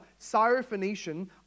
Syrophoenician